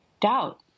doubt